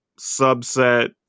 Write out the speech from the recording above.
subset